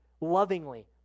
lovingly